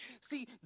See